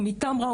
או מטמרה,